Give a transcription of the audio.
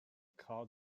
called